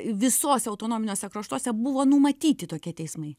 visose autonominiuose kraštuose buvo numatyti tokie teismai